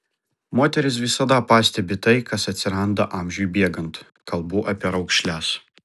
moterys visada pastebi tai kas atsiranda amžiui bėgant kalbu apie raukšles